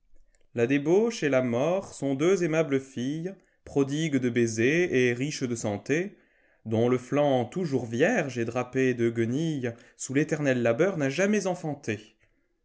la débauche et la mort sont deux aimables filies prodigues de baisers et riches de santô dont le flanc toujours vierge et drapé de guenillessous réternel labeur n a jamais entante